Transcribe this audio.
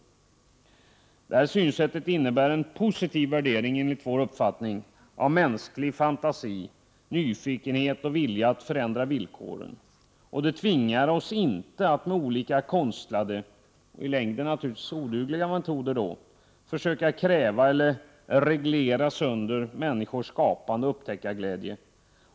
Det här synsättet innebär enligt vår uppfattning en positiv värdering av mänsklig fantasi, nyfikenhet och vilja att förändra villkoren. Det tvingar oss inte att med olika konstlade — och därmed alltså i längden odugliga — metoder försöka kräva eller reglera sönder människors skapande och upptäckarglädje.